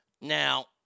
Now